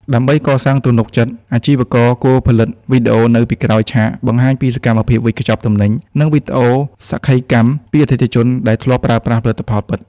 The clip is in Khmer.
ដើម្បីកសាងទំនុកចិត្ត អាជីវករគួរផលិត វីដេអូនៅពីក្រោយឆាក បង្ហាញពីសកម្មភាពវេចខ្ចប់ទំនិញ និង វីដេអូសក្ខីកម្ម ពីអតិថិជនដែលធ្លាប់ប្រើប្រាស់ផលិតផលពិត។